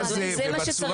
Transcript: אדוני, זה מה שצריך לתקן.